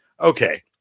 okay